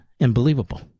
Unbelievable